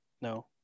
No